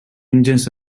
engines